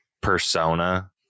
persona